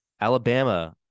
Alabama